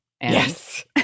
Yes